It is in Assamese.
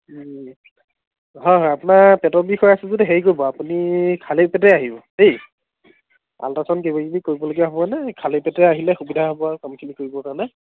হয় হয় আপোনাৰ পেটৰ বিষ হৈ আছে যদি হেৰি কৰিব আপুনি খালী পেটে আহিব দেই আল্টাছাউণ্ড কিবাকিবি কৰিবলগীয়া হ'ব নহয় খালী পেটেৰে আহিলে সুবিধা হ'ব আৰু কামখিনি কৰিবৰ কাৰণে